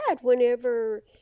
whenever